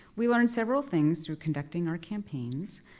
we learned several things through conducting our campaigns.